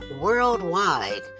worldwide